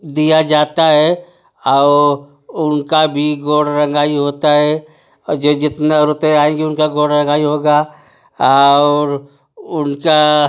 दिया जाता है आओ उनका भी गोड़ रंगाई होता है जो जितना औरतें आएगी उनका गोड़ रंगाई होगा और उनका